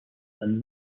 than